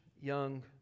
young